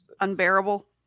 unbearable